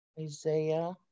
Isaiah